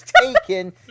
taken